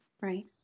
right